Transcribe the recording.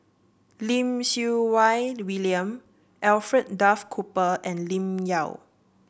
Lim Siew Wai William Alfred Duff Cooper and Lim Yau